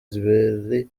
zibiri